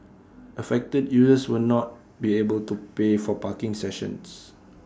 affected users were not be able to pay for parking sessions